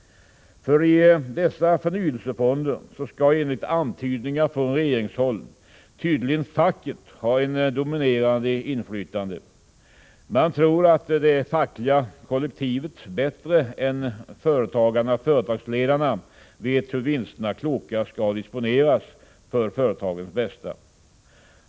I dessa förnyelsefonder skall enligt antydningar från regeringshåll tydligen facket ha ett dominerande inflytande. Man tror att det fackliga kollektivet bättre än företagarna och företagsledarna vet hur vinsterna klokast skall disponeras för företagens bästa.